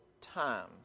time